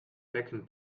becken